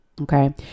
Okay